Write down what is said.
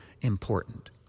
important